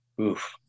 Oof